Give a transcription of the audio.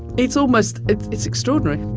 it's almost it's it's extraordinary